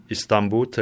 Istanbul